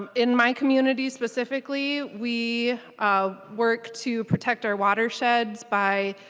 um in my community specifically we um work to protect our watershed by